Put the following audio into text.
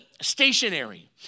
stationary